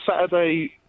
Saturday